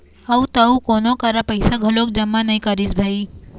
अउ त अउ कोनो करा पइसा घलोक जमा नइ करिस भई